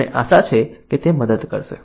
મને આશા છે કે તે મદદ કરશે